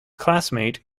classmate